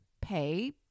pay